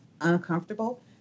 uncomfortable